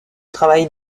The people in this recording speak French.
travail